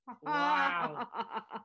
Wow